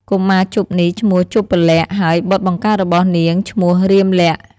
កុមារជបនេះ ឈ្មោះ«ជប្បលក្សណ៍» ហើយបុត្របង្កើតរបស់នាងឈ្មោះ «រាមលក្សណ៍»។